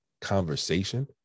conversation